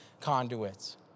conduits